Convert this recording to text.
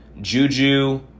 Juju